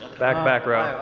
back, back row.